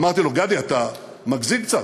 אמרתי לוף גדי, אתה מגזים קצת.